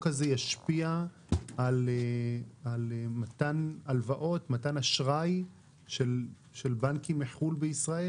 הזה ישפיע על מתן הלוואות או מתן אשראי של בנקים מחו"ל בישראל?